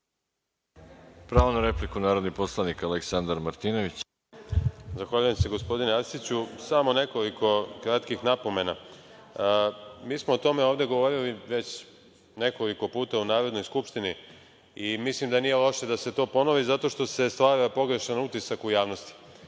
Pravo na repliku, narodni poslanik Aleksandar Martinović. **Aleksandar Martinović** Zahvaljujem se, gospodine Arsiću. Samo nekoliko kratkih napomena. Mi smo o tome ovde govorili već nekoliko puta u Narodnoj skupštini i mislim da nije loše da se to ponovi zato što se stvara pogrešan utisak u javnosti. Republika